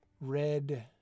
red